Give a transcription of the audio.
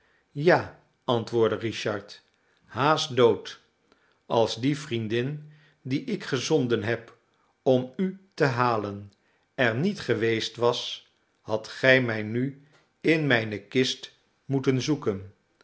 ja antwoordde richard haast dood als die vriendin die ik gezonden heb om u te halen er niet geweest was hadt gij mij nu in mijne kist moeten zoeken